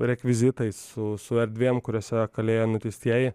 rekvizitais su su erdvėm kuriose kalėjo nuteistieji